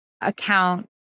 account